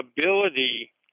ability